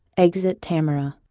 exit tamora